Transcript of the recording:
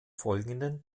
folgenden